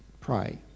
pray